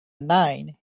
nine